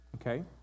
Okay